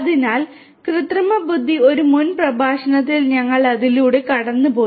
അതിനാൽ കൃത്രിമബുദ്ധി ഒരു മുൻ പ്രഭാഷണത്തിൽ ഞങ്ങൾ അതിലൂടെ കടന്നുപോയി